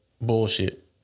bullshit